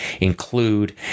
include